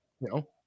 No